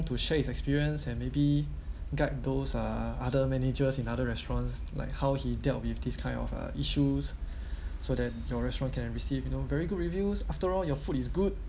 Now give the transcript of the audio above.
to share his experience and maybe guide those uh other managers in other restaurants like how he dealt with this kind of uh issues so that your restaurant can receive you know very good reviews after all your food is good